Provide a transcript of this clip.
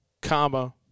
comma